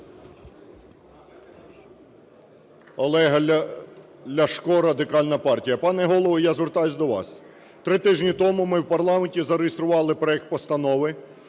Олег Ляшко, Радикальна партія. Пане Голово, я звертаюсь до вас. Три тижні тому ми в парламенті зареєстрували проект Постанови